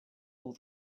all